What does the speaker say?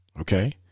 okay